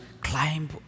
climb